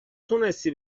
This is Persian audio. تونستی